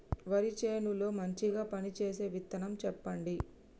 వరి చేను లో మంచిగా పనిచేసే విత్తనం చెప్పండి?